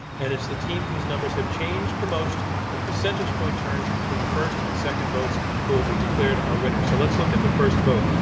and it's the team whose numbers have changed the most in percentage point terms between the first and second votes who will be declared our winner. so, let's look at the first vote.